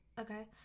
Okay